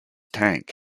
tank